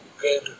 good